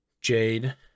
Jade